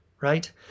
right